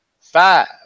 five